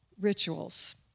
rituals